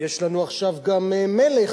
יש לנו עכשיו גם מלך.